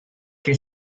che